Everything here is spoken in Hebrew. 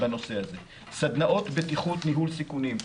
סדנאות בטיחות ניהול סיכונים.